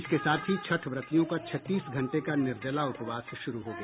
इसके साथ ही छठ व्रतियों का छत्तीस घंटे का निर्जला उपवास शुरू हो गया